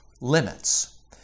limits